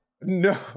No